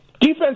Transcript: Defense